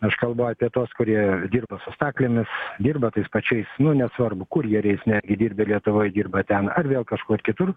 aš kalbu apie tuos kurie dirba su staklėmis dirba tais pačiais nu nesvarbu kurjeriais netgi dirbę lietuvoj dirba ten ar vėl kažkur kitur